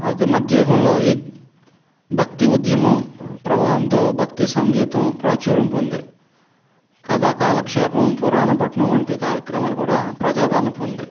అది మధ్యయుగంలో భక్తి ఉద్యమం ప్రవాహంతో భక్తి సంగీతం ప్రాచుర్యం పొందాయి కథా కాలక్షేపం పురాణ పట్టణం వంటి కార్యక్రమాలు కూడా ప్రజాదరణ పొందాయి